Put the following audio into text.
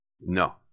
No